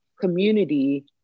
community